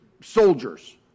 soldiers